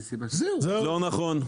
לא נכון.